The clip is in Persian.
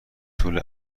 طول